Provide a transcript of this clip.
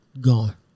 Gone